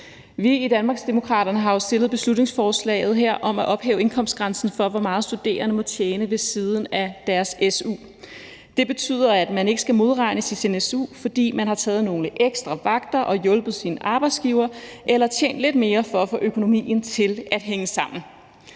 Vi i Danmarksdemokraterne har jo fremsat beslutningsforslaget her om at ophæve indkomstgrænsen for, hvor meget studerende må tjene ved siden af deres su. Det betyder, at man ikke skal modregnes i sin su, fordi man har taget nogle ekstra vagter og hjulpet sin arbejdsgiver eller tjent lidt mere for at få økonomien til at hænge sammen.